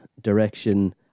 direction